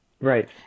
Right